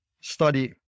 study